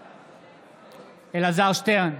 בעד אלעזר שטרן,